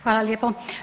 Hvala lijepo.